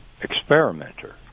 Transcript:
experimenter